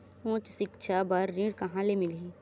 उच्च सिक्छा बर ऋण कहां ले मिलही?